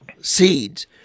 seeds